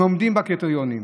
אם עומדים בקריטריונים.